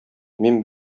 мин